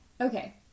Okay